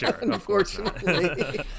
unfortunately